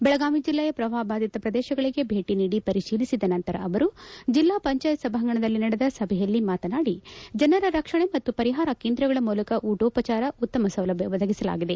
ಬೆಳಗಾವಿ ಜಿಲ್ಲೆಯ ಪ್ರವಾಪ ಬಾದಿತ ಪ್ರದೇಶಗಳಿಗೆ ಭೇಟಿ ನೀಡಿ ಪರಿಶೀಲಿಸಿದ ನಂತರ ಅವರು ಜಿಲ್ಲಾ ಪಂಚಾಯತ್ ಸಭಾಂಗಣದಲ್ಲಿ ನಡೆದ ಸಭೆಯಲ್ಲಿ ಮಾತನಾಡಿ ಜನರ ರಕ್ಷಣೆ ಮತ್ತು ಪರಿಹಾರ ಕೇಂದ್ರಗಳ ಮೂಲಕ ಉಟೋಪಚಾರ ಉತ್ತಮ ಸೌಲಭ್ಡ ಒದಗಿಸಲಾಗಿದೆ